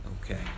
okay